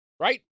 Right